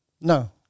no